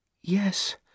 Yes